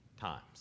times